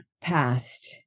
past